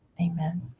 Amen